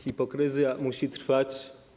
Hipokryzja musi trwać.